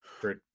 great